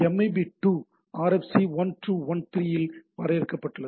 MIP 2 RFC 1213 இல் வரையறுக்கப்பட்டுள்ளது